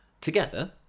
together